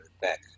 back